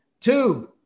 Two